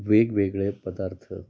वेगवेगळे पदार्थ